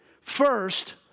First